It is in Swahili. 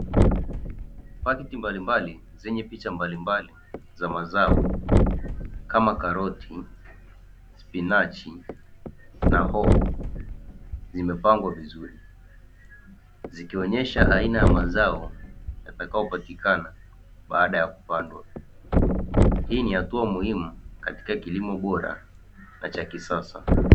Pakiti mbalimbali zenye picha mbalimbali za mazao kama karoti, spinachi na hoho. Zimepangwa vizuri zikionyesha aina ya mazao, yatakaopatikana baada ya kupandwa. Hii ni hatua muhimu katika kilimo bora na cha kisasa.